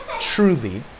truly